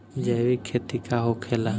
जैविक खेती का होखेला?